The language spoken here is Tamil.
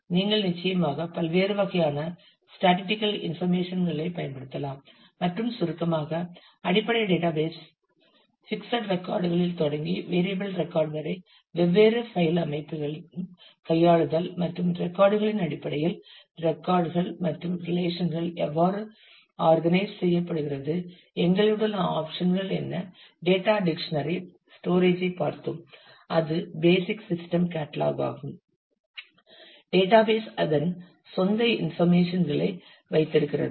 நீங்கள் நிச்சயமாக பல்வேறு வகையான ஸ்டேட்டிஸ்டிகல் இன்ஃபர்மேஷன்களை பயன்படுத்தலாம் மற்றும் சுருக்கமாக அடிப்படை டேட்டாபேஸ் பிக்ஸட் ரெக்கார்ட்களில் தொடங்கி வேரியப்பிள் ரெக்கார்ட் வரை வெவ்வேறு பைல் அமைப்பின் கையாளுதல் மற்றும் ரெக்கார்ட்களின் அடிப்படையில் ரெக்கார்ட்கள் மற்றும் ரிலேஷன்கள் எவ்வாறு ஆர்கனைஸ்ட் செய்யப்படுகிறது எங்களிடம் உள்ள ஆப்சன்கள் என்ன டேட்டா டிக்க்ஷனரி ஸ்டோரேஜ் ஐ பார்த்தோம் அது பேசிக் சிஸ்டம் கேட்டலாக் ஆகும் டேட்டாபேஸ் அதன் சொந்த இன்ஃபர்மேஷன் களை வைத்திருக்கிறது